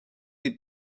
les